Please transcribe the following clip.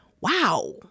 Wow